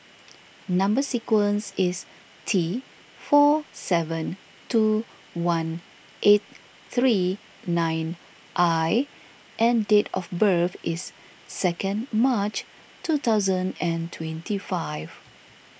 Number Sequence is T four seven two one eight three nine I and date of birth is second March two thousand and twenty five